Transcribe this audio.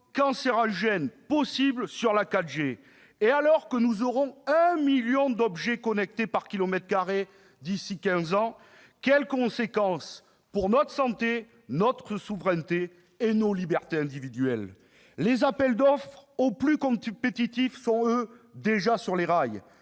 cancérogènes possibles et que nous aurons 1 million d'objets connectés par kilomètre carré d'ici à quinze ans, quelles en seront les conséquences pour notre santé, notre souveraineté et nos libertés individuelles ? Les appels d'offres au plus compétitif sont, eux, déjà sur les rails.